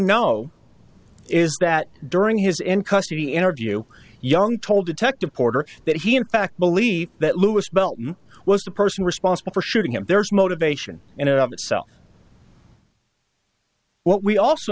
know is that during his in custody interview young told detective porter that he in fact believe that lewis belton was the person responsible for shooting him there's motivation in and of itself what we also